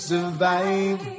Survive